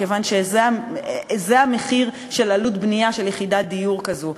מכיוון שזה המחיר של עלות בנייה של יחידת דיור כזו.